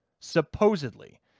supposedly